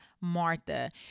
Martha